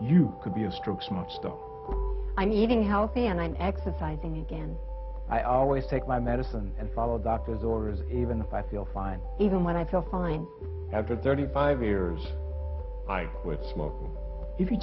though i'm eating healthy and i'm exercising again i always take my medicine and follow doctor's orders even if i feel fine even when i feel fine after thirty five years i quit smoking if you